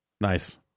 Nice